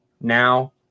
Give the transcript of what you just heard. now